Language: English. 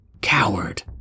Coward